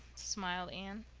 smiled anne.